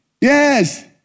Yes